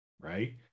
right